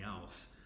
else